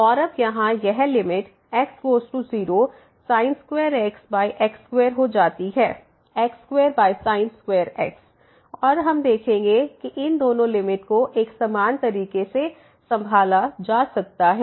और अब यहाँ यह limit x goes to 0 sin2x x2 हो जाती है x2 sin2x और हम देखेंगे कि इन दोनों लिमिट को एक समान तरीके से संभाला जा सकता है